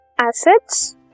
acids